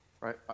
right